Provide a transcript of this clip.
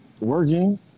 working